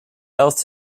health